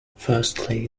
firstly